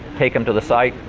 take them to the site,